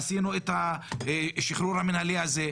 עשינו את השחרור המינהלי הזה.